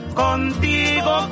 contigo